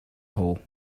hole